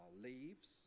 leaves